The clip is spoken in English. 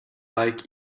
like